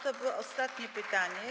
To było ostatnie pytanie.